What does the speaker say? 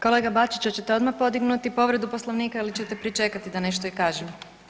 Kolega Bačiću hoćete odmah podignuti povredu Poslovnika ili ćete pričekati da nešto i kažem?